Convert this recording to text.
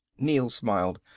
neel smiled.